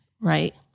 Right